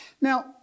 now